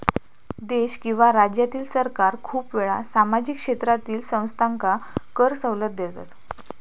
देश किंवा राज्यातील सरकार खूप वेळा सामाजिक क्षेत्रातील संस्थांका कर सवलत देतत